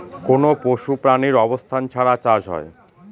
কোনো পশু প্রাণীর অবস্থান ছাড়া চাষ হয়